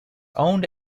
owned